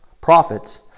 prophets